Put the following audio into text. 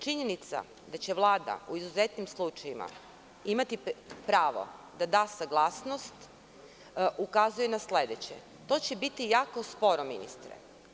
Činjenica da će Vlada u izuzetnim slučajevima imati pravo da da saglasnost ukazuje na sledeće - to će biti jako sporo, ministre.